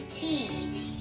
seed